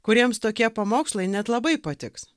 kuriems tokie pamokslai net labai patiks